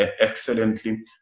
excellently